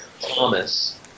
Thomas